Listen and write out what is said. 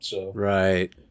Right